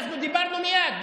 אנחנו דיברנו מייד,